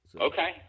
Okay